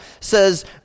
says